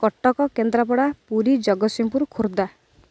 Cuttack Kendrapara Puri Jagatsinghpur Khordha